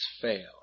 fail